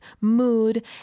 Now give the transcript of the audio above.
mood